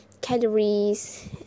calories